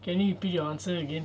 can you repeat your answer again